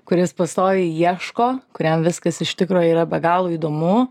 kuris pastoviai ieško kuriam viskas iš tikro yra be galo įdomu